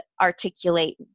articulate